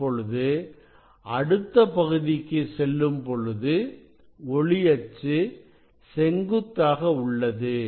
இப்பொழுது அடுத்த பகுதிக்கு செல்லும் பொழுது ஒளி அச்சு செங்குத்தாக உள்ளது